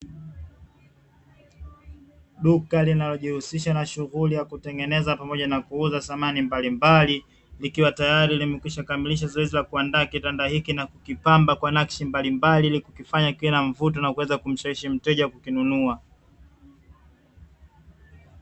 Duka linalojihusisha na shughuli ya kutengeneza pamoja na kuuza samani mbalimbali, likiwa tayari limekwisha kamilisha zoezi la kuandaa kitanda hiki na kukipamba kwa nakshi mbalimbali ili kukifanya kiwe na mvuto na kuweza kumshawishi mteja kukinunua.